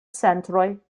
centroj